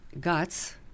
guts